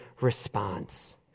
response